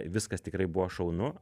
viskas tikrai buvo šaunu